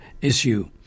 issue